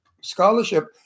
scholarship